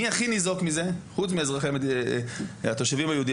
מי הכי ניזוק מזה חוץ מהתושבים היהודים?